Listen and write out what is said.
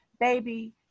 Baby